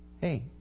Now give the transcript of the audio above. hey